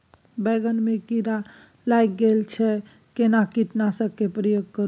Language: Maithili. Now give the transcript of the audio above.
बैंगन में कीरा लाईग गेल अछि केना कीटनासक के प्रयोग करू?